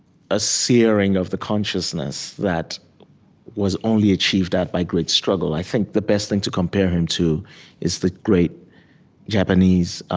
a searing of the consciousness that was only achieved at by great struggle. i think the best thing to compare him to is the great japanese